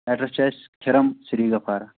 address چھِ اَسہِ کھِرَم سِری گفارا